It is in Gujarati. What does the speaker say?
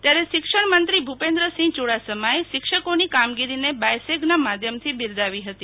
ત્યારે શિક્ષણમંત્રી ભૂપેન્દ્રસિંહ ચેડાસમાએ શિક્ષકોની કામગીરીને બાયસેગના માધ્યમથી બિરદાવી હતી